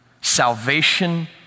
Salvation